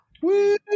Woo